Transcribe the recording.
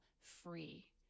free